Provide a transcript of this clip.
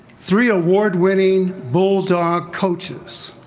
three award winning bulldog coaches.